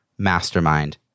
mastermind